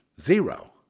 Zero